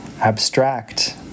abstract